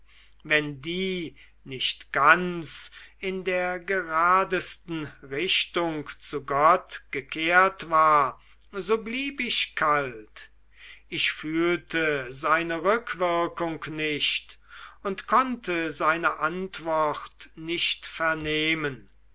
wenn die nicht ganz in der geradesten richtung zu gott gekehrt war so blieb ich kalt ich fühlte seine rückwirkung nicht und konnte seine antwort nicht vernehmen